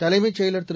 தலைமைச் செயலாளர் திரு